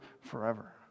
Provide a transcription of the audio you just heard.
forever